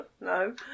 No